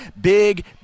Big